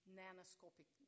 nanoscopic